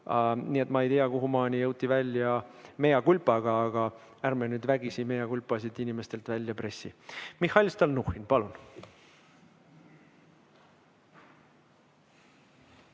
nii et ma ei tea, kuhumaani jõuti väljamea culpa'ga, aga ärme nüüd vägisimea culpa'sid inimestelt välja pressi. Mihhail Stalnuhhin, palun!